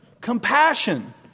compassion